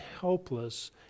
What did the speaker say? helpless